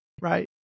Right